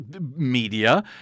Media